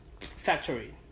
factory